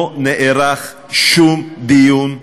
לא נערך שום דיון,